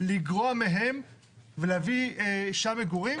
לגרוע מהם ולהביא שם מגורים?